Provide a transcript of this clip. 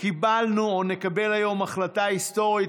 קיבלנו או נקבל היום החלטה היסטורית,